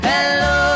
Hello